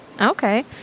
Okay